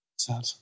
sad